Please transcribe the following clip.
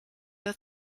der